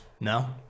No